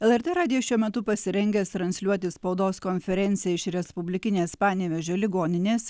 lrt radijas šiuo metu pasirengęs transliuoti spaudos konferenciją iš respublikinės panevėžio ligoninės